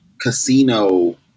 casino